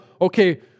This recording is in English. okay